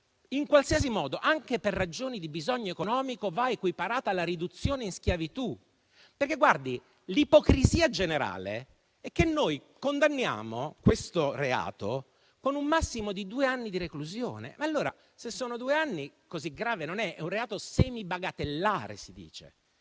in qualsiasi modo, anche per ragioni di bisogno economico, va equiparato alla riduzione in schiavitù. L'ipocrisia generale è che noi condanniamo questo reato con un massimo di due anni di reclusione. Allora, se sono due anni, così grave non è: è un reato che si dice